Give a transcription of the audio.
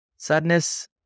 Sadness